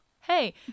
hey